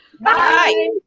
Bye